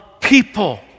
people